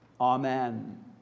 Amen